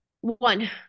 one